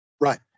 Right